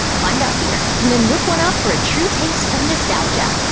find out here, and then whip one up for a true taste of nostalgia.